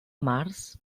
març